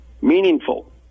meaningful